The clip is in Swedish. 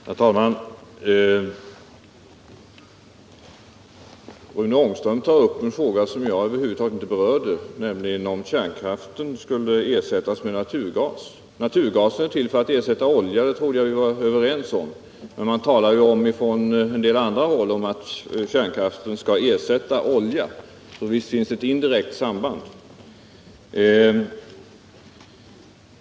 Herr talman! Rune Ångström tar upp en fråga som jag över huvud taget inte har berört, nämligen om kärnkraften skall ersättas med naturgas. Naturgas är till för att ersätta olja, det trodde jag vi var överens om. Men från en del håll talas det om att kärnkraften skall ersätta oljan, så visst finns det ett indirekt samband.